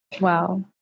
Wow